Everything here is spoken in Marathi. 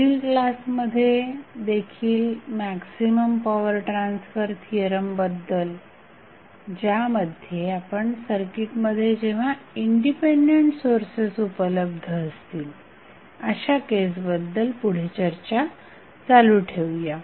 पुढील क्लासमध्ये देखील मॅक्झिमम पॉवर ट्रान्सफर थिअरम बद्दल ज्यामध्ये आपण सर्किटमध्ये जेव्हा इंडिपेंडेंट सोर्सेस उपलब्ध असतील अशा केसबद्दल पुढे चर्चा चालू ठेवूया